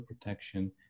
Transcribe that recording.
protection